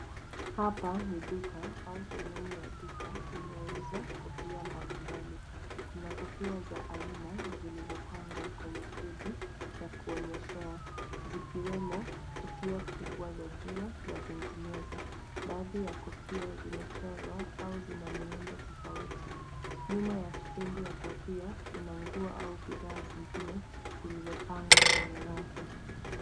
Hapa ni duka au sehemu ya duka inayouza kofia mbali mbali. Kuna kofia za aina zilizopangwa kwenye stendi ya kuonyeshea, zikiwemo kofia kubwa za jua na zinginezo. Baadhi ya kofia zimechorwa au zina miundo tofauti. Nyuma ya stendi ya kofia, kuna nguo au bidhaa zingine zilizopangwa kwenye rafu.